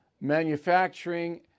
manufacturing